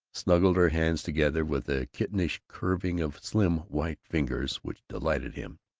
snuggled her hands together with a kittenish curving of slim white fingers which delighted him,